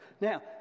Now